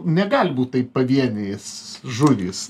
negali būt taip pavienės žuvys